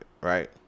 right